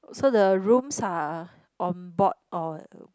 so the rooms are on board or